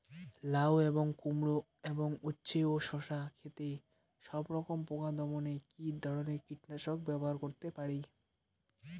লাউ এবং কুমড়ো এবং উচ্ছে ও শসা ক্ষেতে সবরকম পোকা দমনে কী ধরনের কীটনাশক ব্যবহার করতে পারি?